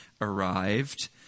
arrived